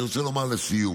אני רוצה לומר לסיום: